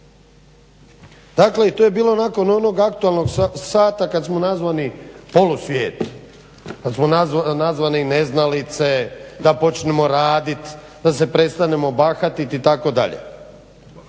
Dakle i to je bilo nakon onog aktualnog sata kad smo nazvani polusvijet, kad smo nazvani neznalice, da počnemo radit, da se prestanemo bahatit itd.